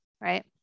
right